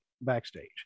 backstage